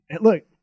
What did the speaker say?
Look